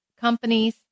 companies